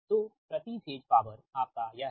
तो प्रति phase power आपका यह है